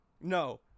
no